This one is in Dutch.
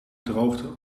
droogte